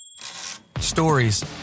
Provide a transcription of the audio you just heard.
Stories